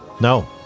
No